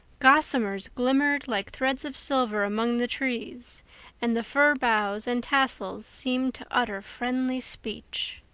gossamers glimmered like threads of silver among the trees and the fir boughs and tassels seemed to utter friendly speech.